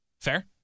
Fair